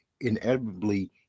inevitably